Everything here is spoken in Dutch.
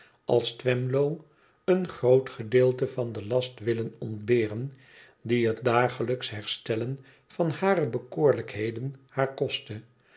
als twemlow een groot gedeelte van den last willen ontberen die het dagelijks herstellen van hare bekoorlijkheden haar kostte